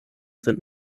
sind